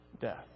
death